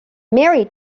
mary